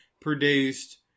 produced